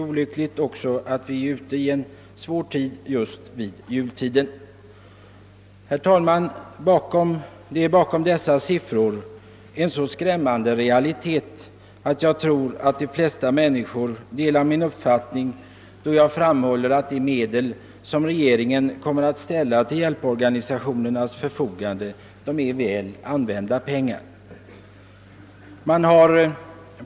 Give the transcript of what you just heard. Olyckligt är också att jultiden är en svår tid för insamlingar. Bakom föreliggande siffror finns det en så skrämmande realitet att de flesta människor säkert delar min uppfattning, när jag säger att de medel som regeringen kommer att ställa till hjälporganisationernas förfogande är väl använda pengar.